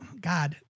God